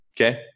okay